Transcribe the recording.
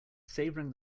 savouring